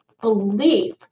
belief